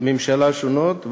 ממשלה שונות,